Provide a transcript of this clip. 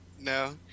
No